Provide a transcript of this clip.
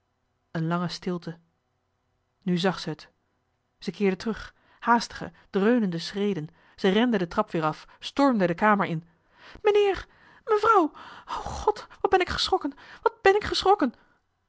een lange stilte nu zag ze t ze keerde terug haastige dreunende schreden ze rende de trap weer af stormde de kamer in meneer mevrouw o god wat ben ik geschrokken wat ben ik geschrokken